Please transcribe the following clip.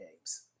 Games